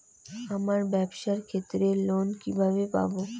আমার ব্যবসার ক্ষেত্রে লোন কিভাবে পাব?